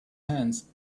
hands